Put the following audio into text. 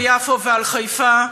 על יפו ועל חיפה.